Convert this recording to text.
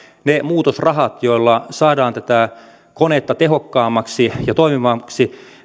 ne muutosrahat joilla saadaan tätä konetta tehokkaammaksi ja toimivammaksi